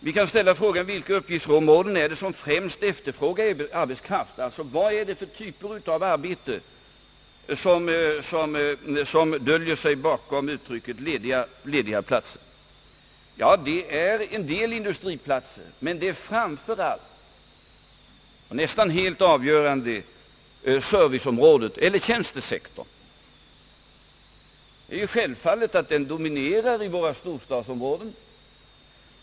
Vi kan ställa frågan: Vilka uppgiftsområden är det som främst efterfrågar arbetskraft, och vilka typer av arbeten döljer sig bakom uttrycket lediga platser? Ja, det är några industriplatser, men det gäller framför allt serviceområdet eller tjänstesektorn. Det är självfallet att den senare dominerar i våra storstadsområden.